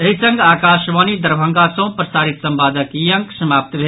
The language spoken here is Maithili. एहि संग आकाशवाणी दरभंगा सँ प्रसारित संवादक ई अंक समाप्त भेल